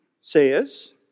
says